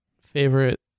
favorite